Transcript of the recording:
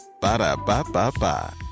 Ba-da-ba-ba-ba